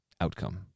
outcome